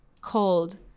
cold